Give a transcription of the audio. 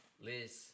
Liz